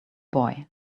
boy